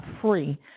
free